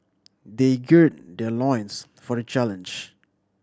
they gird their loins for the challenge